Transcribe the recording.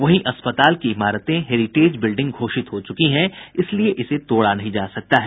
वहीं अस्पताल की इमारतें हेरिटेज बिल्डिंग घोषित हो चुकी हैं इसलिए इसे तोड़ा नहीं जा सकता है